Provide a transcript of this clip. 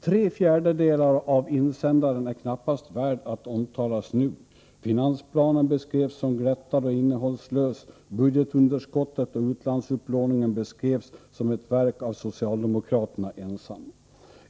Tre fjärdedelar av insändaren är knappast värd att omtalas nu — finansplanen beskrevs som glättad och innehållslös, budgetunderskottet och utlandsupplåningen beskrevs som ett verk av socialdemokraterna ensamma.